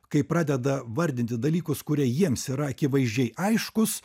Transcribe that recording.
kai pradeda vardinti dalykus kurie jiems yra akivaizdžiai aiškūs